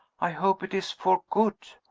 i hope it is for good?